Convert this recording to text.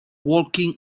walking